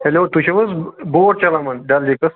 hello تُہۍ چھِو حظ بوٹ چلاوان ڈَل لیکَس